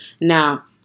Now